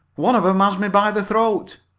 one of em has me by the throat!